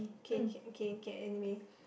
K K K K anyway